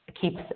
keeps